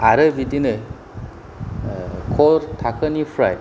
आरो बिदिनो क थाखोनिफ्राय